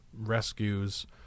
rescues